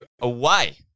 away